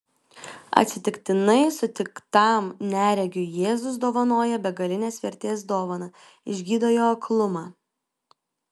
atsitiktinai sutiktam neregiui jėzus dovanoja begalinės vertės dovaną išgydo jo aklumą